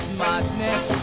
madness